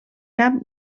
cap